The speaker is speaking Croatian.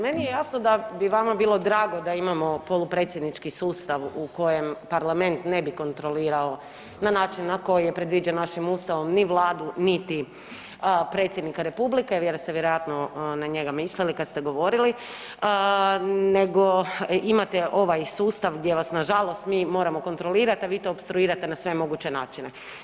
Meni je jasno bi vama bilo drago da imamo polupredsjednički sustav u kojem parlament ne bi kontrolirao na način na koji je predviđen našim Ustavom ni Vladu niti predsjednika Republike jer ste vjerojatno na njega mislili kad ste govorili, nego imate ovaj sustav gdje vas nažalost mi moramo kontrolirati, a vi to opstruirate na sve moguće načine.